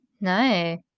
No